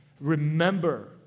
remember